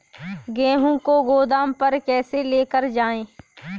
गेहूँ को गोदाम पर कैसे लेकर जाएँ?